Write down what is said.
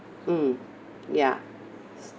mm ya